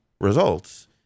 results